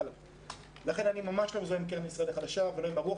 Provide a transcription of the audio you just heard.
אני ממש לא מזוהה עם הקרן החדשה לישראל ולא עם הרוח